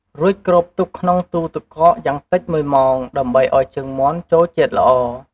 រួចគ្របទុកក្នុងទូទឹកកកយ៉ាងតិច ១ ម៉ោង ដើម្បីឱ្យជើងមាន់ចូលជាតិល្អ។